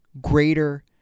greater